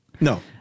No